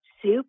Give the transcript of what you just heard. Soup